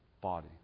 body